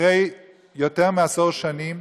אחרי יותר מעשור שנים,